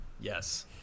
Yes